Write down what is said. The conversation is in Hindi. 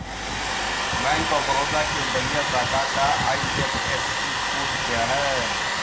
बैंक ऑफ बड़ौदा के बलिया शाखा का आई.एफ.एस.सी कोड क्या है?